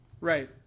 Right